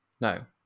No